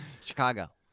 Chicago